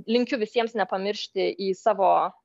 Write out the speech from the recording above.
linkiu visiems nepamiršti į savo